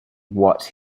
what